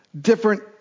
Different